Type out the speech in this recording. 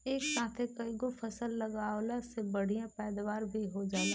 एक साथे कईगो फसल लगावला से बढ़िया पैदावार भी हो जाला